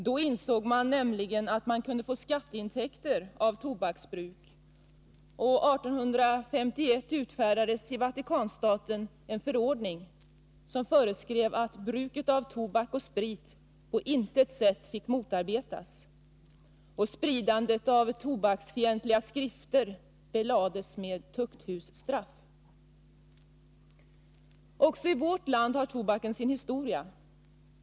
Då insåg man nämligen att man kunde få skatteintäkter genom människornas tobaksbruk, och 1851 utfärdades i Vatikanstaten en förordning som föreskrev att bruket av tobak och sprit på intet sätt fick motarbetas, och spridandet av tobaksfientliga skrifter belades med tukthusstraff. Också i vårt land har tobaken sin historia.